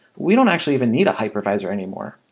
we don't actually even need hypervisor anymore.